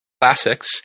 classics